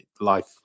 life